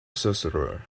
sorcerer